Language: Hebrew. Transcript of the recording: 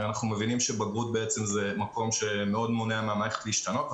אנחנו מבינים שבגרות זה מקום שמונע מהמערכת להשתנות.